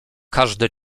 każdy